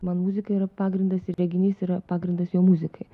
man muzika yra pagrindas ir reginys yra pagrindas jo muzikai